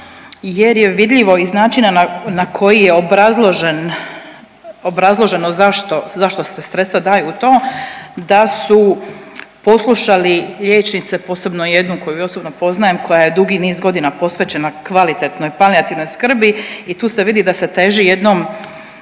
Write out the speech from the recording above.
jer je vidljivo iz načina na koji je obrazloženo zašto se sredstva daju u to da su poslušali liječnice, posebno jednu koju osobno poznajem koja je dugi niz godina posvećena kvalitetnoj palijativnoj skrbi i tu se vidi da se teži jednom